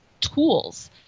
tools